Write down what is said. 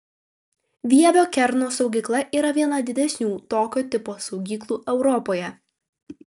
vievio kerno saugykla yra viena didesnių tokio tipo saugyklų europoje